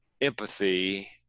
empathy